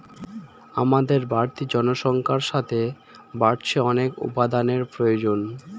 আমাদের বাড়তি জনসংখ্যার সাথে বাড়ছে অনেক উপাদানের প্রয়োজন